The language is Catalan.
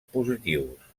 positius